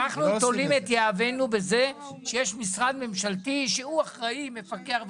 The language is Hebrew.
אנחנו תולים את יהבנו בזה שיש משרד ממשלתי שהוא אחראי מפקח כולי,